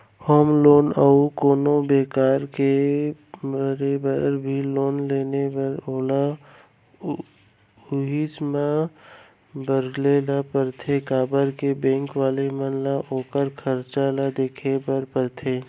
home loan या अउ कोनो बेपार करे बर भी लोन लेबे त ओला उहींच म बउरे ल परथे काबर के बेंक वाले मन ल ओखर खरचा ल देखाय बर परथे